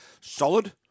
solid